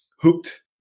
hooked